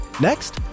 Next